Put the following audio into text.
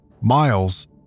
Miles